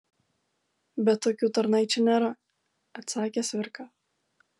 bet tokių tarnaičių nėra atsakė cvirka